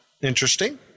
Interesting